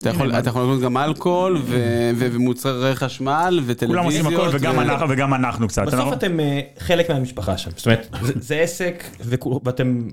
אתה יכול לקבל גם אלכוהול, ומוצרי חשמל, וטלוויזיות, וגם אנחנו קצת. בסוף אתם חלק מהמשפחה שלנו, זה עסק, ואתם.